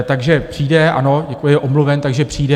Takže přijde, ano, děkuji, je omluven, takže přijde.